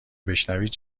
بشنوید